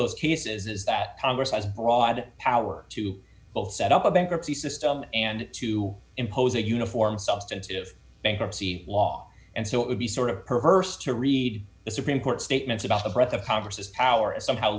those cases is that congress has broad power to both set up a bankruptcy system and to impose a uniform substantive bankruptcy law and so it would be sort of perverse to read the supreme court statements about the breadth of congress's power as somehow